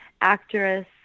actress